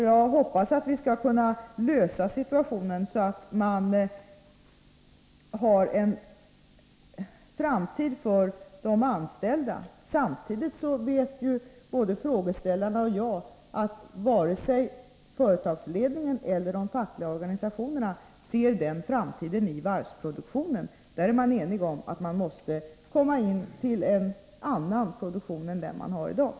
Jag hoppas att vi skall kunna lösa problemen, så att det kommer att finnas en framtid för de anställda. Men både frågeställarna och jag vet att varken företagsledningen eller de fackliga organisationerna ser någon framtid för varvsproduktionen. Man är enig om att det måste bli fråga om en annan produktion än dagens.